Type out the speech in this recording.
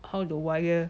how the wire